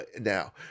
now